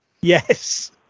Yes